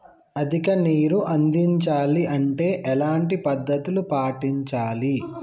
అధిక నీరు అందించాలి అంటే ఎలాంటి పద్ధతులు పాటించాలి?